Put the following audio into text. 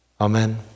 Amen